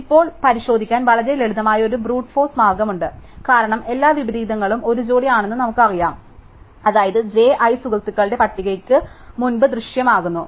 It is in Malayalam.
അതിനാൽ ഇപ്പോൾ പരിശോധിക്കാൻ വളരെ ലളിതമായ ഒരു ബ്രൂട്ട ഫോഴ്സ് മാർഗമുണ്ട് കാരണം എല്ലാ വിപരീതങ്ങളും ഒരു ജോഡി ആണെന്ന് ഞങ്ങൾക്കറിയാം അതായത് j i സുഹൃത്തുക്കളുടെ പട്ടികയ്ക്ക് മുമ്പ് ദൃശ്യമാകുന്നു